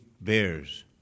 bears